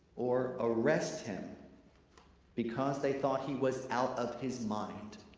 or arrest him because they thought he was out of his mind.